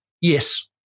yes